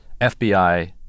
FBI